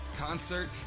Concert